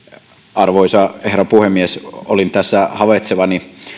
arvoisa herra puhemies olin havaitsevinani